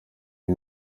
iyi